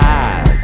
eyes